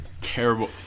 terrible